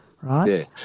right